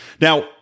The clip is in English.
Now